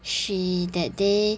she that day